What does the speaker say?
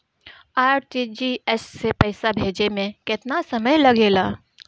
RTGS से पैसा भेजे में केतना समय लगे ला?